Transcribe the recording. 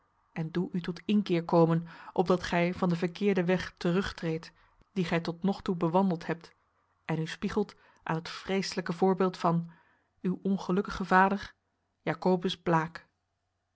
en doe u tot inkeer komen opdat gij van den verkeerden weg terugtreedt dien gij tot nog toe bewandeld hebt en u spiegelt aan het vreeselijk voorbeeld van uw ongelukkigen vader jacobus blaek